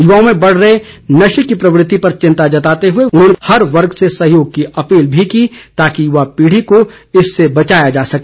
युवाओं में बढ़ रही नशे की प्रवृत्ति पर चिंता जताते हुए उन्होंने हर वर्ग से सहयोग की अपील भी की ताकि युवा पीढ़ी को इससे बचाया जा सके